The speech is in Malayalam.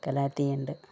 കലാത്തിയ ഉണ്ട്